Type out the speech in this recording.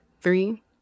Three